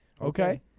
Okay